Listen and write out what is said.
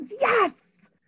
yes